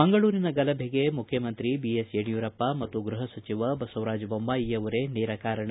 ಮಂಗಳೂರಿನ ಗಲಭೆಗೆ ಮುಖ್ಯಮಂತ್ರಿ ಐ ಎಸ್ ಯಡಿಯೂರಪ್ಪ ಮತ್ತು ಗ್ಲಹ ಸಚಿವ ಬಸವರಾಜ ಬೊಮ್ಲಾಯಿಯವರೇ ನೇರ ಕಾರಣ